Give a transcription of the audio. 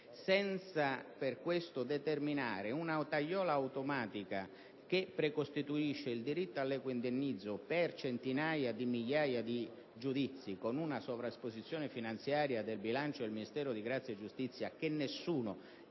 senza per questo determinare una tagliola automatica che precostituisce il diritto all'equo indennizzo per centinaia di migliaia di giudizi, con una sovraesposizione finanziaria del bilancio del Ministero della giustizia che nessuno